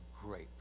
great